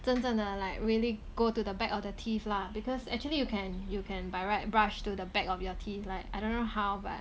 真正的 like really go to the back of the teeth lah because actually you can you can by right brush to the back of your teeth like I don't know how but